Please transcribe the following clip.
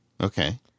Okay